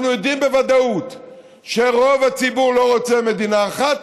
אנחנו יודעים בוודאות שרוב הציבור לא רוצה מדינה אחת,